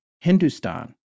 Hindustan